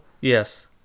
yes